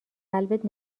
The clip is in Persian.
قلبت